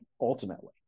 ultimately